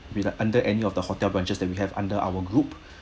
with the under any of the hotel branches that we have under our group